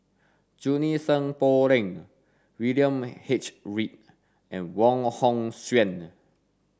Junie Sng Poh Leng William H Read and Wong Hong Suen